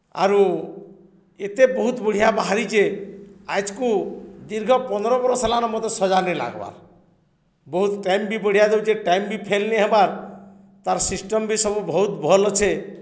ଆରୁ ଏତେ ବହୁତ୍ ବଢ଼ିଆ ବାହାରିଚେ ଆଏଜ୍କୁ ଦୀର୍ଘ ପନ୍ଦ୍ର ବର୍ଷ ହେଲାନ ମତେ ସଜା ନି ଲାଗ୍ବାର୍ ବହୁତ୍ ଟାଇମ୍ ବି ବଢ଼ିଆ ଦଉଚେ ଟାଇମ୍ ବି ଫେଲ୍ ନି ହେବାର୍ ତାର୍ ସିଷ୍ଟମ୍ ବି ସବୁ ବହୁତ୍ ଭଲ୍ ଅଛେ